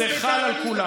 זה חל על כולם.